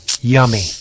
Yummy